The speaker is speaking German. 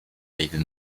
regel